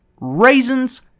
raisins